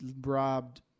robbed